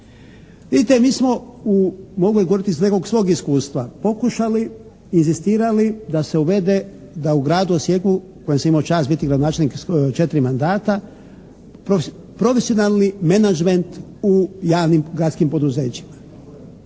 mi smo, mogu govoriti sa nekog svog iskustva, pokušali, inzistirali da se uvede, da u Gradu Osijeku u kojem sam imao čast biti gradonačelnik 4 mandata, profesionalni menadžment u javnim, gradskim poduzećima.